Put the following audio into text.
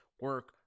Work